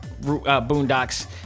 Boondocks